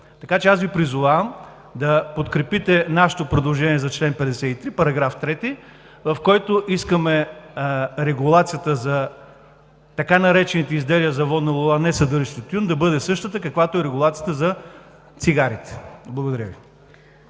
Така че аз Ви призовавам да подкрепите нашето предложение за чл. 53, § 3, в който искаме регулацията за така наречените изделия за водна лула, несъдържаща тютюн, да бъде същата, каквато е регулацията за цигарите. Благодаря Ви.